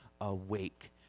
awake